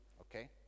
Okay